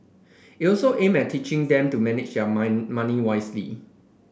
it also aimed at teaching them to manage their mind money wisely